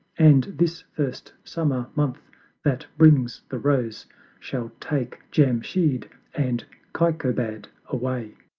and this first summer month that brings the rose shall take jamshyd and kaikobad away.